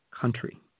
country